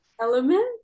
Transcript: Element